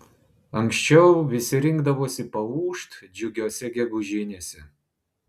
anksčiau visi rinkdavosi paūžt džiugiose gegužinėse